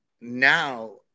now